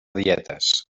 dietes